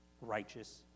righteous